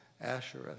Asherah